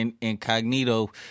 incognito